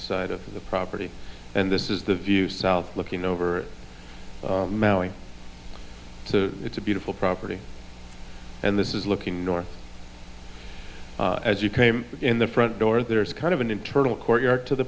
side of the property and this is the view south looking over mowing so it's a beautiful property and this is looking north as you came in the front door there is kind of an internal courtyard to the